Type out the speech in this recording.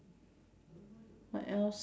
what else